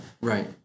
right